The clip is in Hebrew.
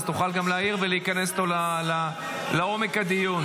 אז תוכל גם להעיר ולהיכנס איתו לעומק הדיון.